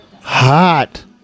hot